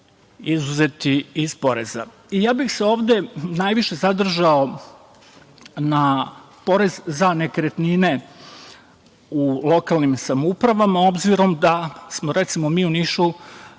izuzeti iz poreza. Ja bih se ovde najviše zadržao na porez za nekretnine u lokalnim samoupravama, obzirom da smo, recimo, mi u Nišu